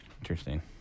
Interesting